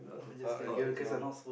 uh uh it is no